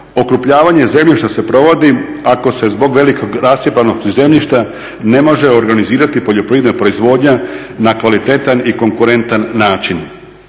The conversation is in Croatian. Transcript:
Okrupnjavanje zemljišta se provodi ako se zbog velike rascijepanosti zemljišta ne može organizirati poljoprivredna proizvodnja na kvalitetan i konkurentan način.